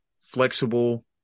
flexible